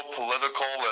political